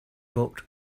booked